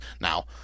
Now